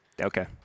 Okay